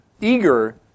eager